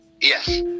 Yes